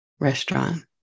Restaurant